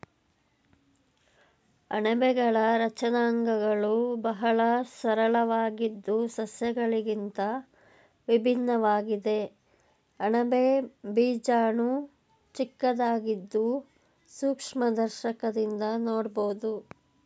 ಅಣಬೆಗಳ ರಚನಾಂಗಗಳು ಬಹಳ ಸರಳವಾಗಿದ್ದು ಸಸ್ಯಗಳಿಗಿಂತ ಭಿನ್ನವಾಗಿದೆ ಅಣಬೆ ಬೀಜಾಣು ಚಿಕ್ಕದಾಗಿದ್ದು ಸೂಕ್ಷ್ಮದರ್ಶಕದಿಂದ ನೋಡ್ಬೋದು